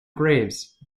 graves